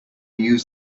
use